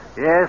Yes